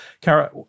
Kara